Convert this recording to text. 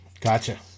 Gotcha